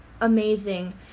amazing